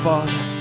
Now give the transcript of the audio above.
Father